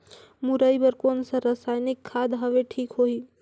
मुरई बार कोन सा रसायनिक खाद हवे ठीक होही?